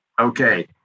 okay